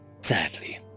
Sadly